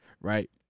right